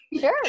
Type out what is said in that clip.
Sure